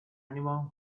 anyone